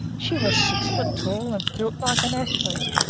she was six feet tall and built like an athlete.